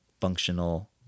functional